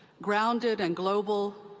grounded and global,